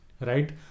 right